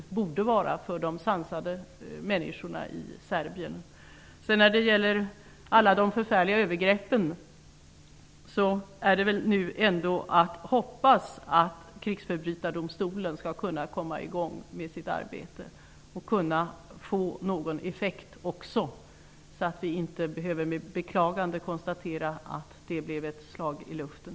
Det borde det vara för de sansade människorna i Serbien. Vad gäller alla de förfärliga övergreppen får vi väl nu ändå hoppas att krigsförbrytardomstolen skall kunna komma i gång med sitt arbete. Vi hoppas också att den skall kunna nå effekt, så att vi inte med beklagande behöver konstatera att den blev ett slag i luften.